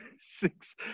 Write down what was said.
six